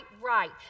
right